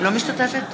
לא משתתפת.